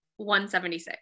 176